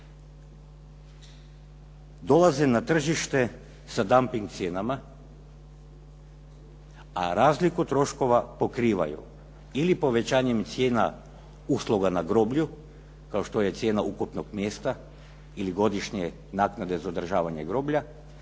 Dolaze na tržište sa damping cijenama, a razliku troškova pokrivaju ili povećanjem cijena usluga na groblju, kao što je cijena ukopnog mjesta ili godišnje naknade za održavanje groblja,